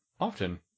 often